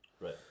Right